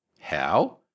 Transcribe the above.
How